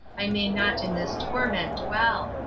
i may not in this torment dwell!